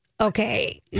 Okay